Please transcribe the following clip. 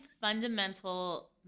fundamental